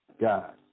God